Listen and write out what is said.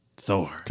Thor